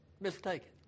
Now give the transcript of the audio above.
mistaken